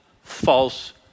false